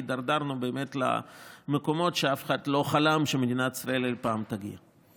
הידרדרנו באמת למקומות שאף אחד לא חלם שמדינת ישראל אי פעם תגיע אליהם.